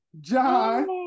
John